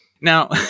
Now